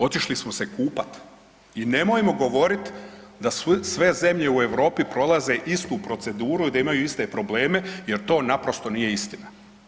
Otišli smo se kupati i nemojmo govoriti da sve zemlje u Europi prolaze istu proceduru i da imaju iste probleme, jer to naprosto nije istina.